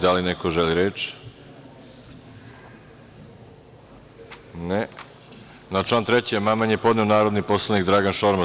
Da li neko želi reč? (Ne.) Na član 3. amandman je podneo narodni poslanik Dragan Šormaz.